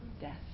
Death